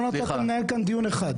לא נתתם לנהל כאן דיון אחד.